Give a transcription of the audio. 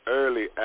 early